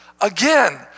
Again